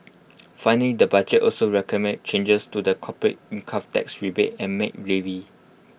finally the budget also recommended changes to the corporate income tax rebate and maid levy